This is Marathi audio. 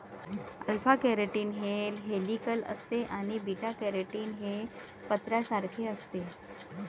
अल्फा केराटीन हे हेलिकल असते आणि बीटा केराटीन हे पत्र्यासारखे असते